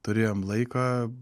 turėjom laiką